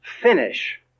finish